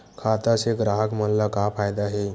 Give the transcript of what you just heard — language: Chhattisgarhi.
खाता से ग्राहक मन ला का फ़ायदा हे?